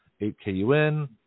8KUN